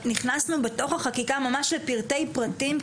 נכנסנו בתוך החקיקה ממש לפרטי פרטים,